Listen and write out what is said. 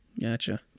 Gotcha